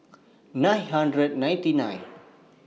nine hundred ninety nine